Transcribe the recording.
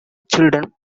children